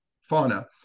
fauna